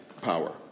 power